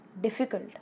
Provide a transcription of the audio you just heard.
difficult